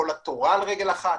כל התורה על רגל אחת.